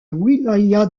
wilaya